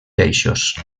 peixos